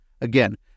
Again